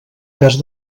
cas